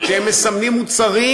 כשהם מסמנים מוצרים,